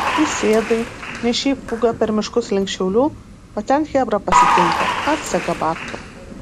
įsėdai nešei fugą per miškus link šiaulių o ten chebra pasitinka atsega babkių